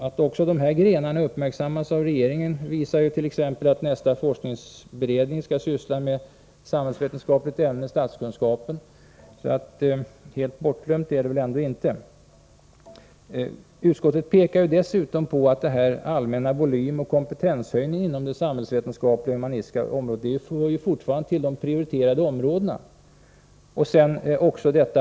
Att också dessa grenar uppmärksammas av regeringen visar t.ex. att nästa forskningsberedning Forskningsoch utskall syssla med ett samhällsvetenskapligt ämne, statskunskap. Helt bortvecklingsverksamglömda är de här grenarna alltså inte. het Utskottet pekar dessutom på att den allmänna volymoch kompetenshöjningen inom det humanistiska och samhällsvetenskapliga området fortfarande hör till det som skall prioriteras.